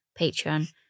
Patreon